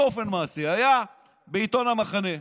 באופן מעשי, היה בעיתון המחנה,